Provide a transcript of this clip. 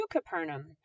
Capernaum